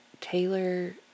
Taylor